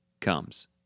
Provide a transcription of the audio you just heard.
comes